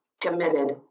committed